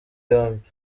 yombi